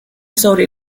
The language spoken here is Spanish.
sobre